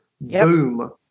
Boom